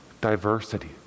diversity